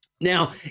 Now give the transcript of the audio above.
Now